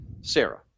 Sarah